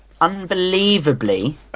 Unbelievably